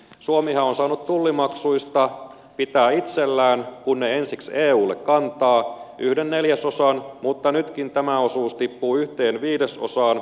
suomihan on saanut tullimaksuista pitää itsellään kun ne ensiksi eulle kantaa yhden neljäsosan mutta nytkin tämä osuus tippuu yhteen viidesosaan